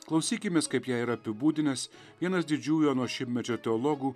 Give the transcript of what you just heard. klausykimės kaip ją yra apibūdinęs vienas didžiųjų ano šimtmečio teologų